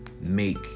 make